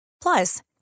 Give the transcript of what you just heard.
Plus